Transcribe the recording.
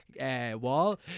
wall